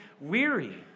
weary